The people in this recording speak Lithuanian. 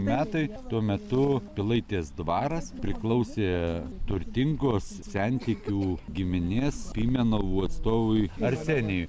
metai tuo metu pilaitės dvaras priklausė turtingos sentikių giminės pimenovų atstovui arsenijui